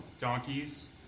donkeys